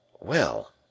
Well